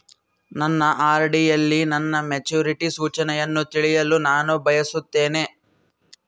ನನ್ನ ಆರ್.ಡಿ ಯಲ್ಲಿ ನನ್ನ ಮೆಚುರಿಟಿ ಸೂಚನೆಯನ್ನು ತಿಳಿಯಲು ನಾನು ಬಯಸುತ್ತೇನೆ